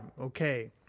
Okay